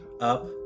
up